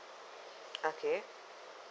okay